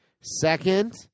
Second